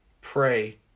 pray